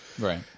right